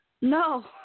No